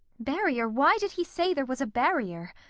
barrier! why did he say there was a barrier?